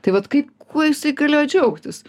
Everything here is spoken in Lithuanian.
tai vat kaip kuo jisai galėjo džiaugtis